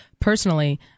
personally